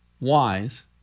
wise